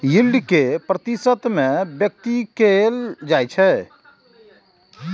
yield कें प्रतिशत मे व्यक्त कैल जाइ छै